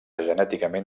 genèticament